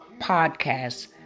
podcast